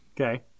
Okay